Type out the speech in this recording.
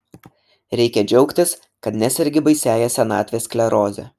reikia džiaugtis kad nesergi baisiąja senatvės skleroze